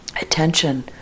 attention